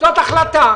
זאת החלטה.